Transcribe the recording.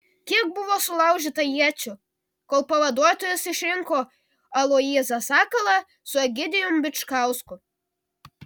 kiek buvo sulaužyta iečių kol pavaduotojas išrinko aloyzą sakalą su egidijumi bičkausku